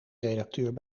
redacteur